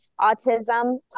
autism